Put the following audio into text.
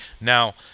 Now